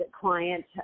client